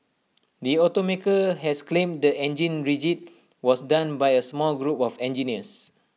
the automaker has claimed the engine rigging was done by A small group of engineers